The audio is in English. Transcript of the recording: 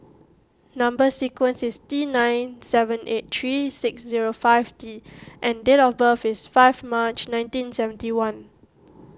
Number Sequence is T nine seven eight three six zero five T and date of birth is five March nineteen seventy one